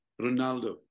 Ronaldo